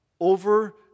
over